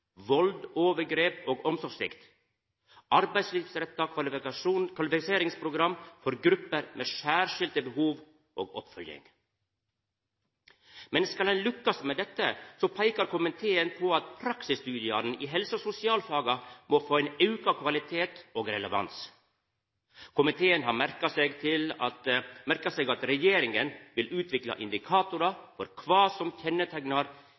overgrep og omsorgssvikt og arbeidslivsretta kvalifiseringsprogram for grupper med særskilte behov og oppfølging. Men skal ein lukkast med dette, peikar komiteen på at praksisstudiane i helse- og sosialfaga må få ein auka kvalitet og relevans. Komiteen har merka seg at regjeringa vil utvikla indikatorar for kva som